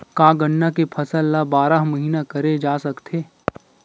का गन्ना के फसल ल बारह महीन करे जा सकथे?